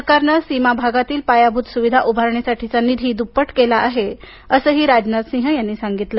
सरकारनं सीमा भागातील पायाभूत सुविधा उभारणीसाठीचा निधी दुप्पट केला आहे असंही राजनाथ सिंग यांनी स्पष्ट केलं